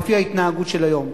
לפני ההתנהגות של היום.